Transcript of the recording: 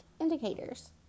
indicators